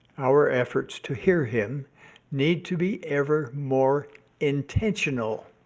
our efforts to hear him need to be ever more intentional.